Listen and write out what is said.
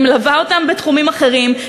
אני מלווה אותן בתחומים אחרים.